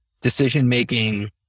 decision-making